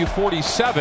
47